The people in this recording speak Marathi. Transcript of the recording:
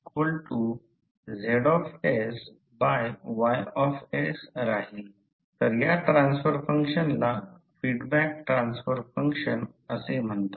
म्हणून जर कंडक्टरला पकडले तर फ्लक्स बाहेर येत आहे आणि नंतर रिल्यक्टन्स ठेवा आणि सर्किट क्लोज करा आणि यालाच ∅ ची दिशा म्हणतात